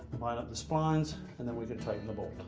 line up the splines and then we can tighten the bolt.